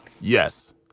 Yes